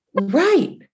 Right